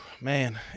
man